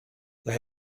they